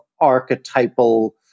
archetypal